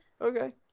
Okay